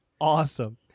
Awesome